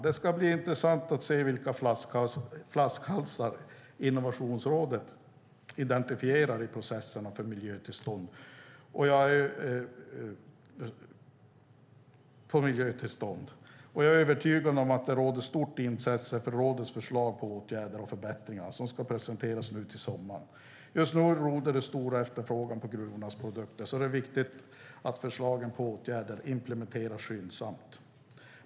Det ska bli intressant att se vilka flaskhalsar Innovationsrådet identifierar i processerna för miljötillstånd. Jag är övertygad om att det råder stort intresse för rådets förslag på åtgärder och förbättringar som ska presenteras nu till sommaren. Just nu råder stor efterfrågan på gruvornas produkter, och det är därför viktigt att förslagen på åtgärder implementeras skyndsamt.